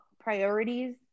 priorities